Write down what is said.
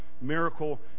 miracle